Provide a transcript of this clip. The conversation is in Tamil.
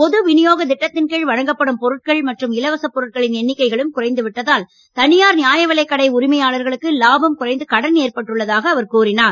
பொது விநியோக திட்டத்தின் கீழ் வழங்கப்படும் பொருட்கள் மற்றும் இலவச பொருட்களின் எண்ணிக்கைகளும் குறைந்துவிட்டதால் தனியார் நியாயவிலைக் கடை உரிமையாளர்களுக்கு லாபம் குறைந்து கடன் ஏற்பட்டுள்ளதாக அவர் கூறினார்